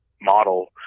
model